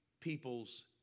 people's